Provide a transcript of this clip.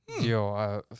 Yo